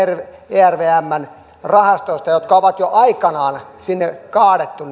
ervmn rahastoista jotka sitoumukset on jo aikanaan sinne kaadettu